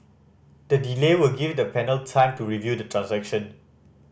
the delay will give the panel time to review the transaction